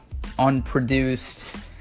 unproduced